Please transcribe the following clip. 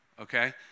okay